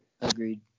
Agreed